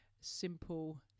Simple